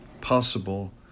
possible